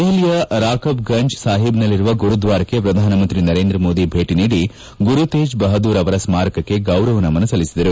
ದೆಹಲಿಯ ರಾಕಬ್ ಗಂಜ್ ಸಾಹೀಬ್ನಲ್ಲಿರುವ ಗುರುದ್ವಾರಕ್ಕೆ ಪ್ರಧಾನಮಂತ್ರಿ ನರೇಂದ್ರ ಮೋದಿ ಭೇಟ ನೀಡಿ ಗುರುತೇಜ್ ಬಹದ್ದೂರ್ ಅವರ ಸ್ನಾರಕಕ್ಕೆ ಗೌರವ ನಮನ ಸಲ್ಲಿಸಿದರು